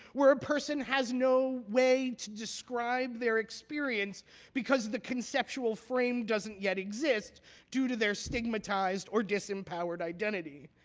where a person has no way to describe their experience because the conceptual frame doesn't yet exist due to their stigmatized or disempowered identity.